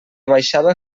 baixava